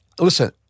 listen